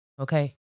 Okay